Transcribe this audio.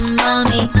mommy